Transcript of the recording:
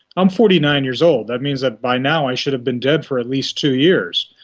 i'm forty nine years old, that means that by now i should been dead for at least two years.